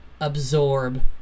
Absorb